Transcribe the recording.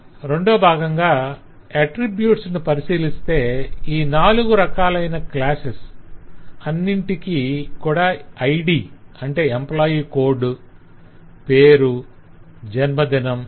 రెండో బాగంగా అట్రిబ్యూట్స్ ను పరిశీలిస్తే ఈ నాలుగు రకాలైన క్లాసెస్ అన్నింటికీ కూడా ID - అంటే ఎంప్లాయ్ కోడ్ 'employee code' పేరు 'name' జన్మదినం 'date of birth'